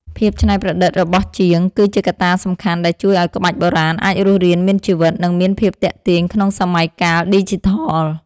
ភាពច្នៃប្រឌិតរបស់ជាង គឺជាកត្តាសំខាន់ដែលជួយឱ្យក្បាច់បុរាណអាចរស់រានមានជីវិត និងមានភាពទាក់ទាញក្នុងសម័យកាលឌីជីថល។